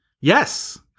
Yes